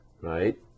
right